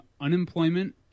unemployment